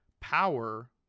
power